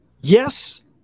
Yes